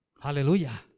Hallelujah